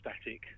static